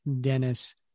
Dennis